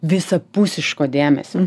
visapusiško dėmesio